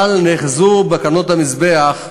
אבל נאחזו בקרנות המזבח,